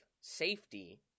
safety